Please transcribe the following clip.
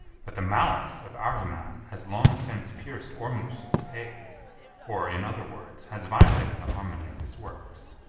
but the malice of ahriman has long since pierced ormusd's egg or, in other words, has violated the harmony of his works.